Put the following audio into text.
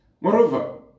Moreover